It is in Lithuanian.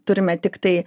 turime tiktai